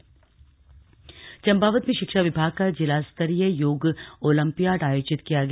yoga olympiad Champawat में शिक्षा विभाग का जिलास्तरीय योग ओलम्पियाड आयोजित किया गया